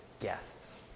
guests